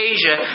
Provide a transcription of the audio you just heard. Asia